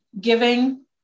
giving